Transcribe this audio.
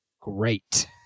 great